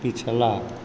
पिछला